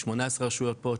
18 רשויות פה,